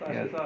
Yes